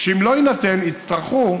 שאם לא יינתן, יצטרכו